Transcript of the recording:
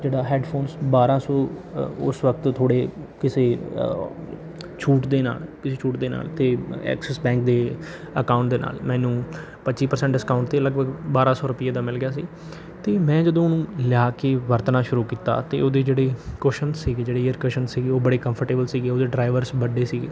ਜਿਹੜਾ ਹੈੱਡਫ਼ੋਨਸ ਬਾਰ੍ਹਾਂ ਸੌ ਉਸ ਵਕਤ ਥੋੜ੍ਹੇ ਕਿਸੇ ਛੂਟ ਦੇ ਨਾਲ ਕਿਸੇ ਛੂਟ ਦੇ ਨਾਲ ਅਤੇ ਐਕਸਿਸ ਬੈਂਕ ਦੇ ਅਕਾਊਂਟ ਦੇ ਨਾਲ ਮੈਨੂੰ ਪੱਚੀ ਪਰਸੈਂਟ ਡਿਸਕਾਊਂਟ 'ਤੇ ਲਗਭਗ ਬਾਰਾਂ ਸੌ ਰੁਪਏ ਦਾ ਮਿਲ ਗਿਆ ਸੀ ਅਤੇ ਮੈਂ ਜਦੋਂ ਉਹਨੂੰ ਲਿਆ ਕੇ ਵਰਤਣਾ ਸ਼ੁਰੂ ਕੀਤਾ ਅਤੇ ਉਹਦੇ ਜਿਹੜੇ ਕੋਸ਼ਨ ਸੀਗੇ ਜਿਹੜੇ ਏਅਰ ਕਸ਼ਨ ਸੀਗੇ ਉਹ ਬੜੇ ਕੰਫਰਟੇਬਲ ਸੀਗੇ ਉਹਦੇ ਡ੍ਰਾਈਵਰਸ ਵੱਡੇ ਸੀਗੇ